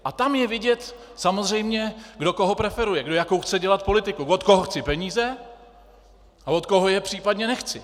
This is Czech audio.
A tam je vidět samozřejmě, kdo koho preferuje, kdo jakou chce dělat politiku, od koho chci peníze a od koho je případně nechci.